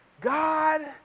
God